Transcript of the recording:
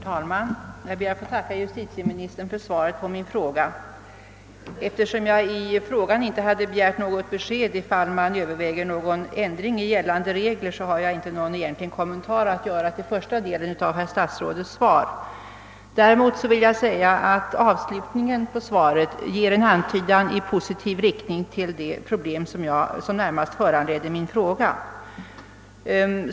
Herr talman! Jag ber att få tacka justitieministern för svaret på min fråga. Eftersom jag i frågan inte hade begärt något besked huruvida man överväger någon ändring i gällande regler, har jag inte någon egentlig kommentar att göra till den första delen av statsrådets svar. Däremot vill jag säga att avslutningen på svaret ger en antydan i positiv riktning beträffande det problem, som närmast föranledde min fråga.